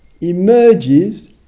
emerges